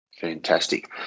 Fantastic